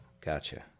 Gotcha